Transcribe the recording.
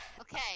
Okay